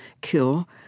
kill